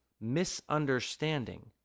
misunderstanding